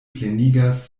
plenigas